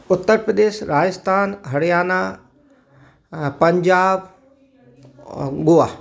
उत्तर प्रदेश राजस्थान हरियाणा अ पंजाब अ गोवा